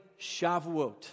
Shavuot